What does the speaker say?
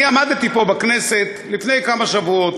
אני עמדתי פה בכנסת לפני כמה שבועות